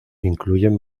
incluyen